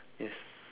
yes